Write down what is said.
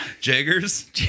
Jaggers